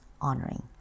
honoring